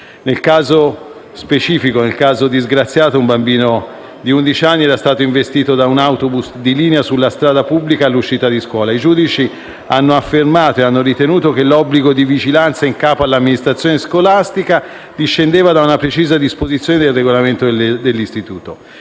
Nel caso specifico, disgraziato, un bambino di undici anni era stato investito da un autobus di linea sulla strada pubblica all'uscita dalla scuola. I giudici hanno affermato e ritenuto che l'obbligo di vigilanza in capo all'amministrazione scolastica discendesse da una precisa disposizione del regolamento dell'istituto: